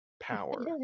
Power